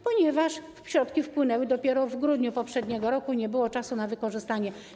Ponieważ środki wpłynęły dopiero w grudniu poprzedniego roku i nie było czasu na wykorzystanie.